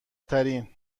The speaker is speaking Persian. ترین